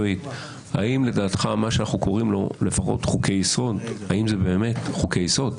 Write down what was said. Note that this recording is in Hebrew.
משוריין, בניגוד לחוק יסוד: